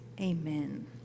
Amen